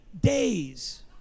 days